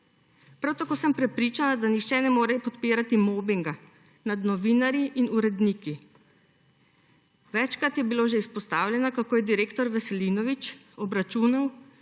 Prav tako sem prepričana, da nihče ne more podpirati mobinga nad novinarji in uredniki. Večkrat je bilo že izpostavljeno, kako je direktor Veselinovič obračunal